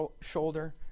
shoulder